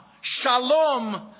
Shalom